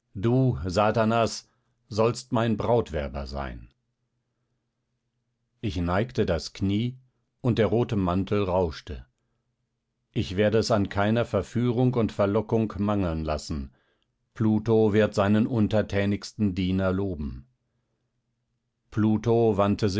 du satanas sollst mein brautwerber sein ich neigte das knie und der rote mantel rauschte ich werde es an keiner verführung und verlockung mangeln lassen pluto wird seinen untertänigsten diener loben pluto wandte